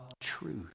truth